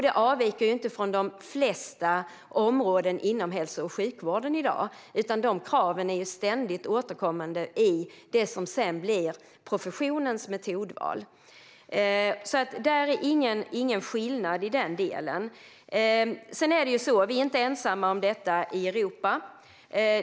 Det avviker inte från de flesta områden inom hälso och sjukvården i dag, utan dessa krav är ständigt återkommande i det som sedan blir professionens metodval. Det är alltså inte någon skillnad i denna del. Sverige är inte ensamt om detta i Europa.